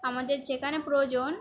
আমাদের যেখানে প্রয়োজন